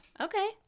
okay